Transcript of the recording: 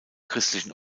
christlichen